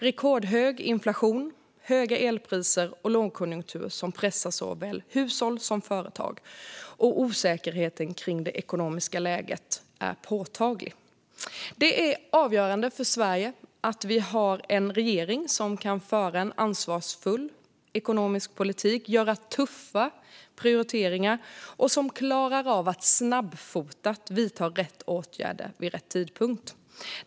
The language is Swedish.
Rekordhög inflation, höga elpriser och lågkonjunktur pressar såväl hushåll som företag. Och osäkerheten kring det ekonomiska läget är påtaglig. Det är avgörande för Sverige att vi har en regering som kan föra en ansvarsfull ekonomisk politik och göra tuffa prioriteringar och som klarar av att snabbfotat vidta rätt åtgärder vid rätt tidpunkt.